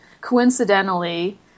coincidentally